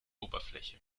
oberfläche